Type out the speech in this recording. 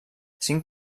cinc